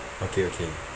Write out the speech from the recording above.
okay okay